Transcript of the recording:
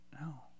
No